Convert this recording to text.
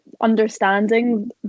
understanding